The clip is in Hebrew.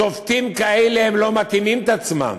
שופטים כאלה לא מתאימים את עצמם.